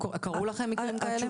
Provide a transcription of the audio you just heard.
קרו לכם מקרים כאלה?